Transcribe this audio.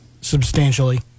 substantially